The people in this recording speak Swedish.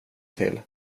till